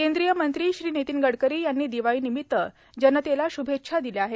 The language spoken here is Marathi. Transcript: केंद्रीय मंत्री श्री नितीन गडकरी यांनी दिवाळी निमित्त जनतेला श्रभेच्छा दिल्या आहेत